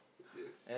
yes